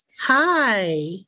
Hi